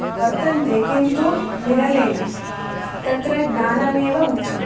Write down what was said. वर्तन्ते किन्तु विरलेन तत्र ज्ञानमेव मुख्यम्